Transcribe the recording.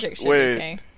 Wait